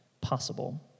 possible